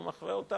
הוא מחווה אותן